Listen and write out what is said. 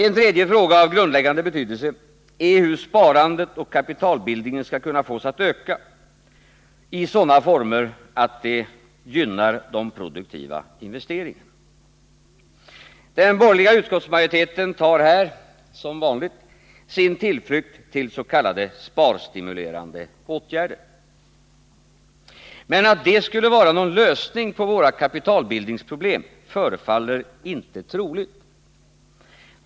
En tredje fråga av grundläggande betydelse är hur sparandet och kapitalbildningen skall kunna fås att öka, dessutom i sådana former att det gynnar de produktiva investeringarna. Den borgerliga utskottsmajoriteten tar här, som vanligt, sin tillflykt till s.k. sparstimulerande åtgärder. Men att detta skulle vara någon lösning på våra kapitalbildningsproblem förefaller inte troligt.